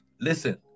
listen